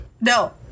No